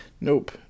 Nope